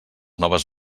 noves